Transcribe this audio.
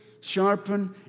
Sharpen